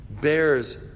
bears